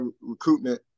recruitment